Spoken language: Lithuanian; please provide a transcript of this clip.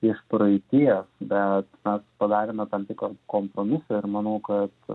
iš praeities bet mes padarėme tam tikrą kompromisą ir manau kad